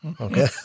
okay